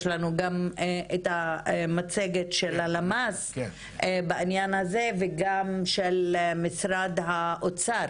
יש לנו גם את המצגת של הלמ"ס בעניין הזה וגם של משרד האוצר,